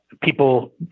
People